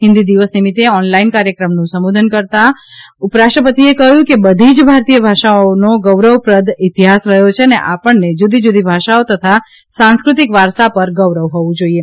હિન્દી દિવસ નિમિત્તે ઓનલાઇન કાર્યક્રમનું સંબોધન કરતાં ઉપરાષ્ટ્રપતિએ કહ્યું કે બધી જ ભારતીય ભાષાઓનો ગૌરવપ્રદ ઇતિહાસ રહ્યો છે અને આપણને જુદી જુદી ભાષાઓ તથા સાંસ્કૃતિક વારસા પર ગૌરવ હોવું જોઈએ